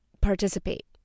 participate